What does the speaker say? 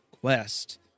Quest